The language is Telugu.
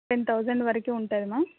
టెన్ తౌజండ్ వరకి ఉంటదిమా